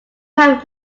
have